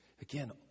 Again